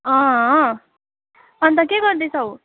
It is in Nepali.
अँ अन्त के गर्दैछौ